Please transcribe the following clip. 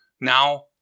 now